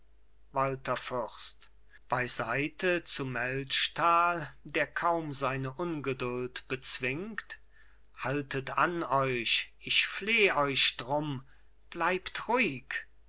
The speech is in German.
walther fürst beiseite zu melchtal der kaum seine ungeduld bezwingt haltet an euch ich fleh euch drum bleibt ruhig